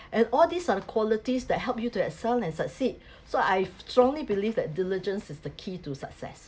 and all these are the qualities that help you to excel and succeed so I strongly believe that diligence is the key to success ya